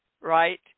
right